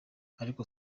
ariko